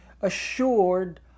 assured